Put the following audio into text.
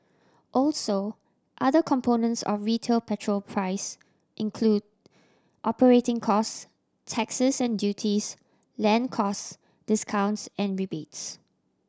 also other components of retail petrol price include operating costs taxes and duties land costs discounts and rebates